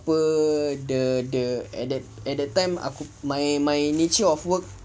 apa the the at that at that time a~ my my nature of work